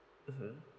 mmhmm